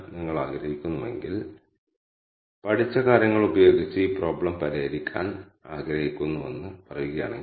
നിങ്ങൾക്ക് അറിയാവുന്നതുപോലെ K means ഒരു ആവർത്തന അൽഗോരിതം ആണ്